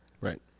Right